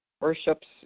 worships